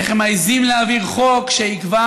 איך הם מעיזים להעביר חוק שיקבע